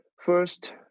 First